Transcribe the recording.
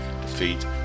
defeat